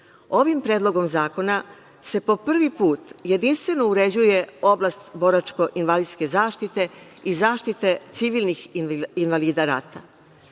Ovim predlogom zakona se po prvi put jedinstveno uređuje oblast boračko-invalidske zaštite i zaštite civilnih invalida rata. Važno